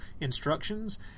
instructions